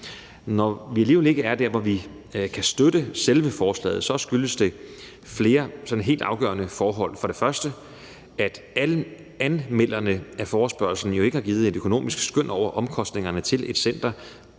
Når vi alligevel ikke er der, hvor vi kan støtte selve forslaget, så skyldes det flere sådan helt afgørende forhold; først og fremmest, at anmelderne af forespørgslen jo ikke har givet et økonomisk skøn over omkostningerne til et center.